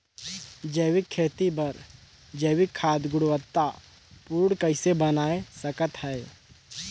जैविक खेती बर जैविक खाद गुणवत्ता पूर्ण कइसे बनाय सकत हैं?